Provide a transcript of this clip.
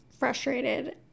frustrated